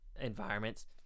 environments